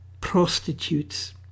prostitutes